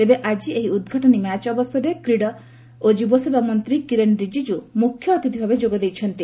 ତେବେ ଆଜି ଏହି ଉଦ୍ଘାଟନୀ ମ୍ୟାଚ ଅବସରେ କେନ୍ଦ୍ର କ୍ରୀଡା ଓ ଯୁବସେବା ମନ୍ତୀ କିରେନ୍ ରିଜିଜୁ ମୁଖ୍ୟ ଅତିଥ୍ଭାବେ ଯୋଗଦେଇଛନ୍ତି